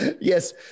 yes